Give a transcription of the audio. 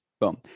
boom